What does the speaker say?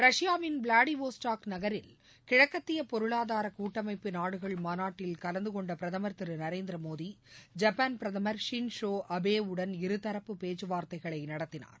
ரஷ்யாவின் விளாடிவோஸ்டக் நகரில் கிழக்கத்திய பொருளாதார கூட்டமைப்பு நாடுகள் மாநாட்டில் கலந்துகொண்ட பிரதமர் திரு நரேந்திரமோடி ஷின்சோ அபேவுடன் இருதரப்பு பேச்சுவார்த்தைகளை நடத்தினார்